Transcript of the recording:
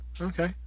okay